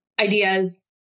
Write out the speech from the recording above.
ideas